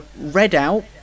Redout